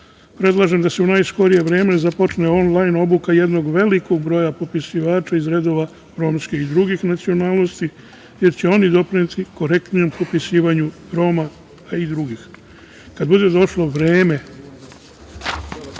da se u najskorije vreme počne onlajn obuka jednog velikog broja popisivača iz redova romske i druge nacionalnosti, jer će oni doprineti korektnijem popisivanju Roma, a i drugih. Kada bude došlo vreme